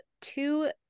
two